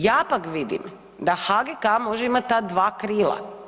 Ja pak vidim da HGK može imati ta dva krila.